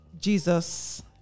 Jesus